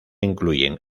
incluyen